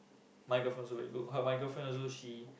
my girlfriend also very good my girlfriend also she